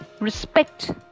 respect